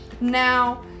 Now